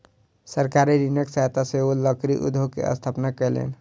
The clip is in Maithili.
सरकारी ऋणक सहायता सॅ ओ लकड़ी उद्योग के स्थापना कयलैन